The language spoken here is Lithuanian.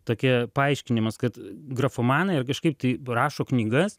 tokia paaiškinimas kad grafomanai ar kažkaip tai rašo knygas